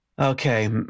okay